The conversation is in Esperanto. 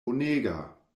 bonega